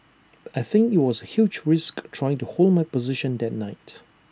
I think IT was A huge risk trying to hold my position that night